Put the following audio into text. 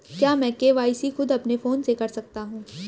क्या मैं के.वाई.सी खुद अपने फोन से कर सकता हूँ?